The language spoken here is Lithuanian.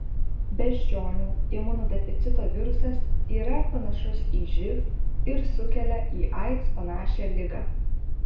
beždžionių imunodeficito virusas yra į panašus į živ ir sukelia į aids panašią ligą